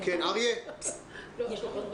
דנו בזה,